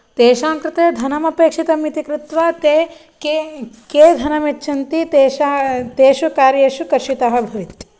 तेषां कृते धनमपेक्षितम् इति कृत्वा ते के के धनं यच्छन्ति तेषां तेषु कार्येषु कर्षितः भवन्ति